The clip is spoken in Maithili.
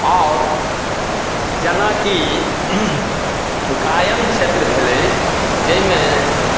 आओर जेनाकि गायन क्षेत्र भेलै जाहिमे